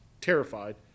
terrified